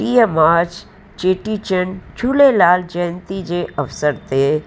टीह मार्च चेटीचंड झूलेलाल जयंती जे अवसर ते